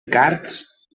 cards